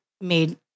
made